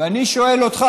אני קורא גם את ההמשך.